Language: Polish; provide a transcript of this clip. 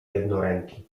jednoręki